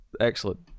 excellent